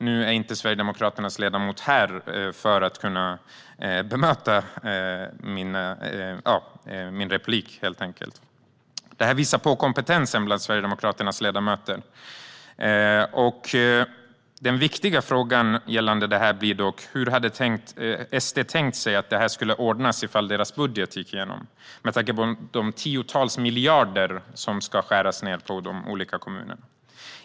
Nu är inte Sverigedemokraternas ledamot här för att kunna bemöta detta, men det här visar på kompetensen bland Sverigedemokraternas ledamöter. Den viktiga frågan gällande det här är dock hur SD hade tänkt sig att detta skulle ordnas om deras budget gick igenom, med tanke på de tiotals miljarder till kommunerna som ska skäras ned.